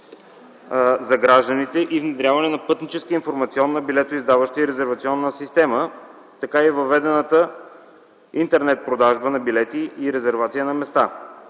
за гражданите и внедряването на пътническа информационно-билето издаваща и резервационна система; въведената интернет продажба на билети и резервация на места.